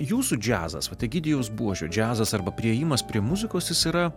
jūsų džiazas vat egidijaus buožio džiazas arba priėjimas prie muzikos jis yra